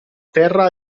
terra